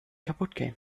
kaputtgehen